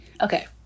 Okay